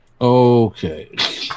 Okay